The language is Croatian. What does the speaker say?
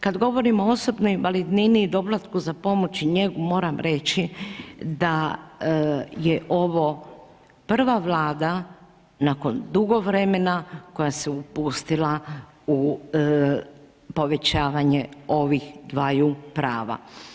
Kada govorimo o osobnoj invalidnini i doplatku za pomoć i njegu, moram reći, da je ovo prva vlada nakon dugo vremena koja se upustila u povećavanje ovih dvaju prava.